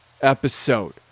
episode